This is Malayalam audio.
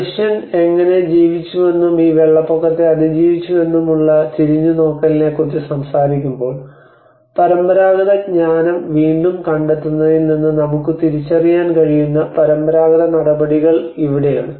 മനുഷ്യൻ എങ്ങനെ ജീവിച്ചുവെന്നും ഈ വെള്ളപ്പൊക്കത്തെ അതിജീവിച്ചുവെന്നും ഉള്ള തിരിഞ്ഞുനോക്കലിനെക്കുറിച്ച് സംസാരിക്കുമ്പോൾ പരമ്പരാഗത ജ്ഞാനം വീണ്ടും കണ്ടെത്തുന്നതിൽ നിന്ന് നമുക്ക് തിരിച്ചറിയാൻ കഴിയുന്ന പരമ്പരാഗത നടപടികൾ ഇവിടെയാണ്